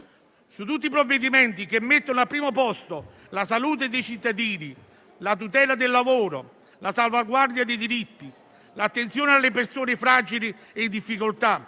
Su tutti i provvedimenti che mettono al primo posto la salute dei cittadini, la tutela del lavoro, la salvaguardia dei diritti, l'attenzione alle persone fragili e in difficoltà